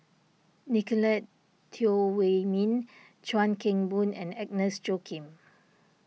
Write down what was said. Nicolette Teo Wei Min Chuan Keng Boon and Agnes Joaquim